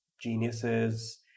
geniuses